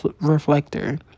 reflector